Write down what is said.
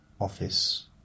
office